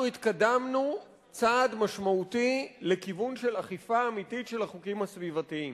אנחנו התקדמנו צעד משמעותי לכיוון של אכיפה אמיתית של החוקים הסביבתיים.